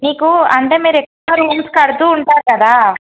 నీకు అంటే మీరు ఎక్కువ రూమ్స్ కడుతూ ఉంటారు కదా